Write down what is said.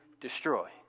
destroy